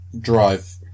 Drive